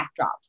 backdrops